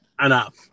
Enough